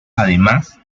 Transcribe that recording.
además